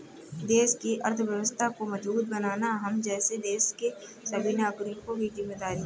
देश की अर्थव्यवस्था को मजबूत बनाना हम जैसे देश के सभी नागरिकों की जिम्मेदारी है